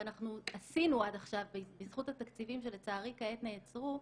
ואנחנו עשינו עד עכשיו בזכות התקציבים שלצערי כעת נעצרו,